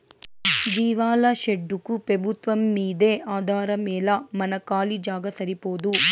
జీవాల షెడ్డుకు పెబుత్వంమ్మీదే ఆధారమేలా మన కాలీ జాగా సరిపోదూ